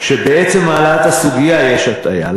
שבעצם העלאת הסוגיה יש הטעיה.